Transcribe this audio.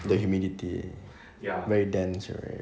the humidity very dense right very cold